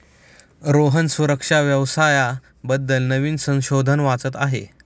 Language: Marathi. रोहन सुरक्षा व्यवसाया बद्दल नवीन संशोधन वाचत आहे